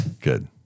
Good